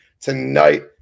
tonight